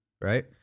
right